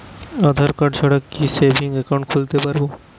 আধারকার্ড ছাড়া কি savings account খুলতে পারব?